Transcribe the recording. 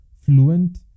fluent